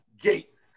Gates